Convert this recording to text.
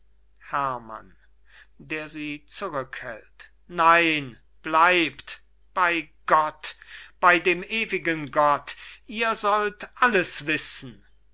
zurückhält nein bleibt bey gott bey dem ewigen gott ihr sollt alles wissen